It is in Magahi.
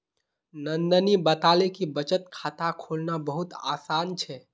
नंदनी बताले कि बचत खाता खोलना बहुत आसान छे